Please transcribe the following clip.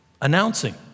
Announcing